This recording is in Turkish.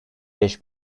beş